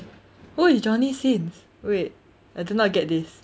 who is johnny sins wait I do not get this